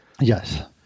Yes